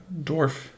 dwarf